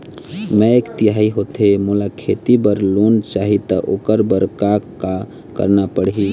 मैं एक दिखाही होथे मोला खेती बर लोन चाही त ओकर बर का का करना पड़ही?